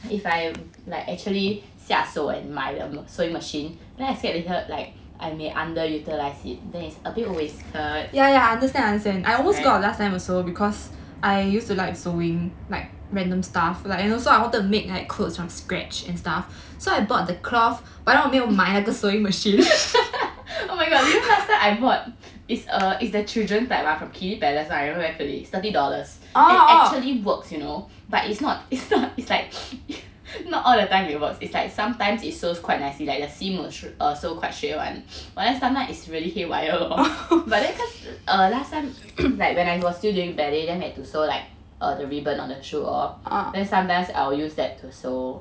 if I'm like actually 下手 and 买 the sewing machine then I scared like I may under utilize it then it's a bit always err oh my god you know last time I bought it's it's the children type ah from kiddy palace I remember very clearly it's thirty dollars it actually works you know but it's not it's not it's like not all the time it works it's like sometimes it sews quite nicely like the seam will sew err quite straight [one] but then sometimes it's really haywire lor but then cause err last time like when I was still doing ballet then we had to sew like err the ribbon on the shoe lor then sometimes I will use that to sew